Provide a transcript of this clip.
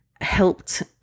helped